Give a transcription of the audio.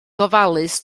gofalus